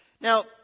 now